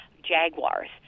Jaguars